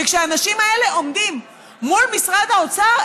כשהאנשים האלה עומדים מול משרד האוצר,